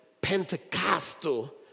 Pentecostal